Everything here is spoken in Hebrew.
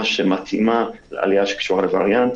שמתאימה לעלייה שקשורה לווריאנט.